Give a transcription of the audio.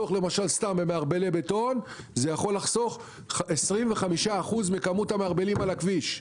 במערבלי בטון זה יכול לחסוך 25% מכמות המערבלים על הכביש.